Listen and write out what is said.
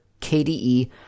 kde